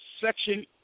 section